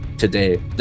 today